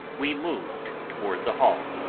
we moved toward the hall.